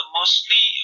mostly